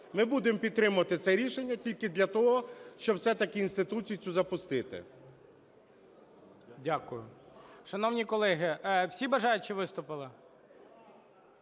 Ми будемо підтримувати це рішення тільки для того, щоб все-таки інституцію цю запустити. ГОЛОВУЮЧИЙ. Дякую. Шановні колеги, всі бажаючі виступили?